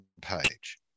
page